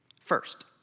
First